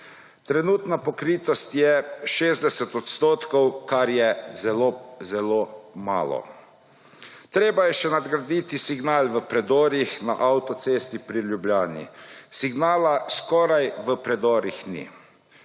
Trenutna pokritost je 60-odstotna, kar je zelo zelo malo. Treba je še nadgraditi signal v predorih. Na avtocesti pri Ljubljani signala v predorih